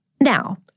Now